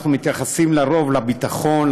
אנחנו מתייחסים על-פי רוב לביטחון,